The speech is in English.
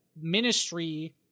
ministry